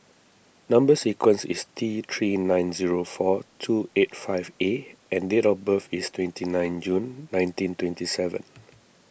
Number Sequence is T three nine zero four two eight five A and date of birth is twenty nine June nineteen twenty seven